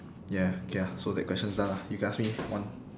ya okay ah so that question is done lah you can ask me one